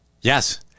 Yes